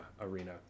Arena